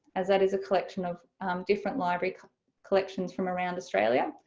as that is a collection of different library collections from around australia.